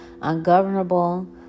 ungovernable